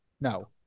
no